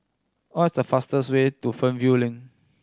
what is the fastest way to Fernvale Link